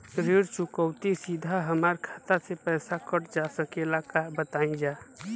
ऋण चुकौती सीधा हमार खाता से पैसा कटल जा सकेला का बताई जा?